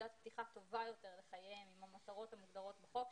נקודת פתיחה טובה יותר לחייהם עם המטרות המוגדרות בחוק,